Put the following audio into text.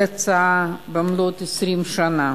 על ההצעה במלאות 20 שנה